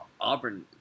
Auburn